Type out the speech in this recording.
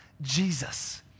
Jesus